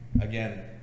again